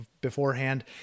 beforehand